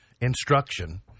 instruction